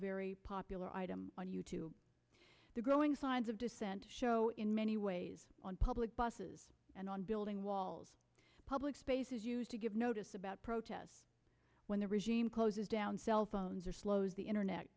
very popular item on you to the growing signs of dissent show in many ways on public buses and on building walls public spaces used to give notice about protests when the regime closes down cell phones or slows the internet